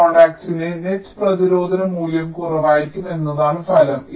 ഈ കോൺടാക്റ്റിന്റെ നെറ്റ് പ്രതിരോധ മൂല്യം കുറവായിരിക്കും എന്നതാണ് ഫലം